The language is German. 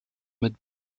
mit